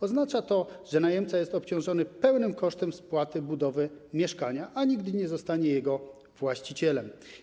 Oznacza to, że najemca jest obciążony pełnym kosztem spłaty budowy mieszkania, a nigdy nie zostanie jego właścicielem.